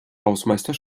hausmeister